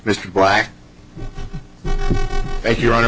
mr black if you're on a